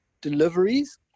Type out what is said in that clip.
deliveries